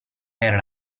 per